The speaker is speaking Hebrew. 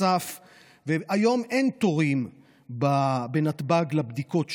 והיום אין תורים בנתב"ג לבדיקות שלנו.